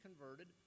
converted